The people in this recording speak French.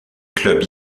clubs